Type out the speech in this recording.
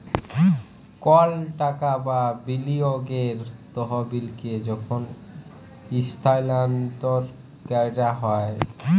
call টাকা বা বিলিয়গের তহবিলকে যখল ইস্থালাল্তর ক্যরা হ্যয়